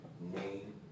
Name